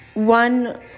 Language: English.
One